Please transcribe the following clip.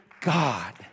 God